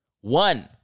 One